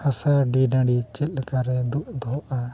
ᱦᱟᱥᱟ ᱰᱤᱼᱰᱟᱹᱰᱤ ᱪᱮᱫ ᱞᱮᱠᱟᱨᱮ ᱫᱩᱠ ᱫᱚᱦᱚᱜᱼᱟ